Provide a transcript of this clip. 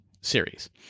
series